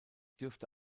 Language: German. dürfte